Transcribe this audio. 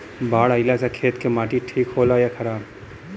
बाढ़ अईला से खेत के माटी ठीक होला या खराब?